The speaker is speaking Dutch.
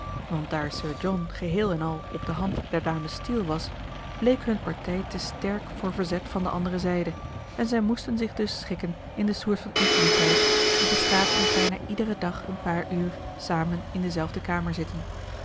want daar sir john geheel en al op de hand der dames steele was bleek hunne partij te sterk voor verzet van de andere zijde en zij moesten zich dus schikken in de soort van intimiteit die bestaat in het bijna iederen dag een paar uur samen in de zelfde kamer zitten